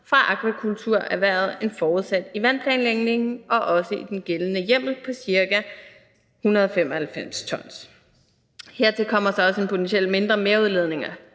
fra akvakulturerhvervet end forudsat i vandplanlægningen og også i den gældende hjemmel til cirka 195 t. Hertil kommer så også den potentielt mindre merudledning